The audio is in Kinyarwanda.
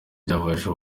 byafasha